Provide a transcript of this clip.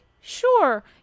Sure